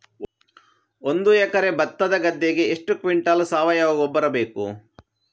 ಒಂದು ಎಕರೆ ಭತ್ತದ ಗದ್ದೆಗೆ ಎಷ್ಟು ಕ್ವಿಂಟಲ್ ಸಾವಯವ ಗೊಬ್ಬರ ಬೇಕು?